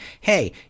Hey